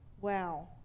Wow